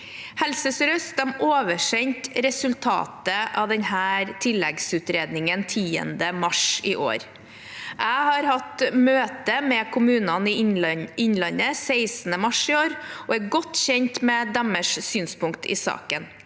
Helse Sør-Øst oversendte resultatet av denne tilleggsutredningen 10. mars i år. Jeg hadde møte med kommunene i Innlandet 16. mars i år og er godt kjent med deres synspunkt i saken.